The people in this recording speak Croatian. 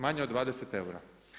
Manje od 20 eura.